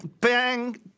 bang